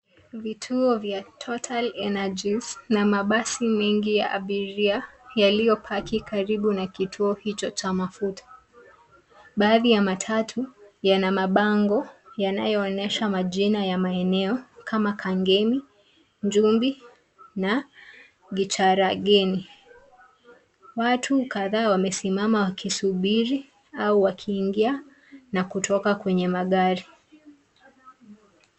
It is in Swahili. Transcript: Vituo vya Total Energies na mabasi nyingi ya abiria yaliopaki karibu na kituo hicho cha mafuta. Baadhi ya matatu yanamabango yanayoonesha majina ya maeneo kama Kangema, Njumbi na Gacharageini. Watu kadhaa wamesimama wakisubiri au wakiingia na kutoka kwenye magari.